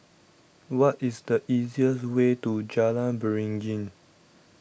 what is the easiest way to Jalan Beringin